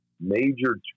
major